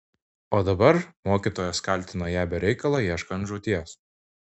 o dabar mokytojas kaltino ją be reikalo ieškant žūties